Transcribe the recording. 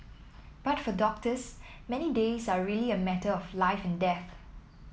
but for doctors many days are really a matter of life and death